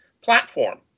platform